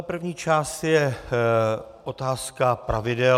První část je otázka pravidel.